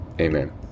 amen